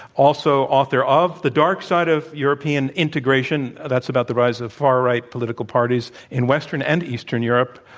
also, author of the dark side of european integration. that's about the rise of far-right political parties in western and eastern europe.